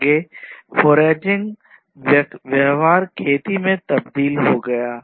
आगे फोरेजिंग व्यवहार खेती में तब्दील हो गया था